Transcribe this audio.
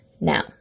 Now